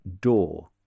door